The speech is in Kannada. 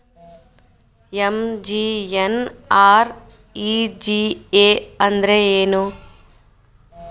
ಎಂ.ಜಿ.ಎನ್.ಆರ್.ಇ.ಜಿ.ಎ ಅಂದ್ರೆ ಏನು?